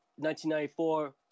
1994